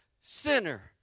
sinner